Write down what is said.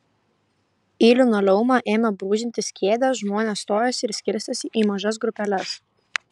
į linoleumą ėmė brūžintis kėdės žmonės stojosi ir skirstėsi į mažas grupeles